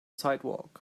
sidewalk